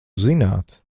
zināt